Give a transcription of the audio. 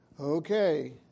Okay